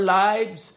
lives